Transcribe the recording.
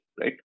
right